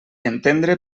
entendre